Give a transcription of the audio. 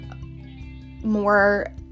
more